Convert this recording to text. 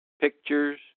pictures